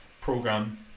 program